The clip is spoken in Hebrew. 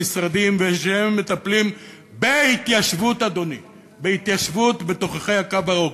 משרדים שמטפלים בהתיישבות בתוככי הקו הירוק.